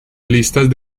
listas